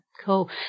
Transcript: Cool